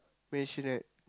mansionette